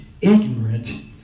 ignorant